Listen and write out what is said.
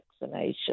vaccination